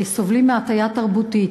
סובלים מהטיה תרבותית.